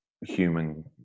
human